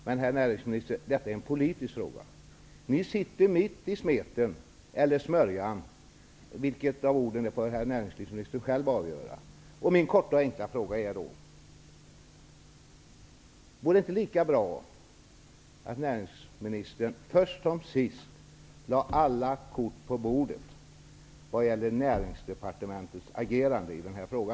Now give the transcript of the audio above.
Men, herr näringsminister, detta är en politisk fråga. Ni sitter mitt i smeten eller smörjan -- vilket av orden som passar bäst får näringsministern själv avgöra. Min korta och enkla fråga är: Vore det inte lika bra att näringsministern först som sist lade alla kort på bordet vad gäller Näringsdepartementets agerande i denna fråga?